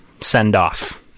send-off